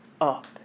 up